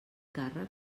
càrrec